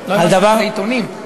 לא הבנת מה זה עיתונים?